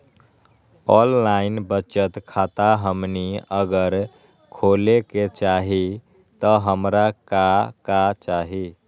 Online बचत खाता हमनी अगर खोले के चाहि त हमरा का का चाहि?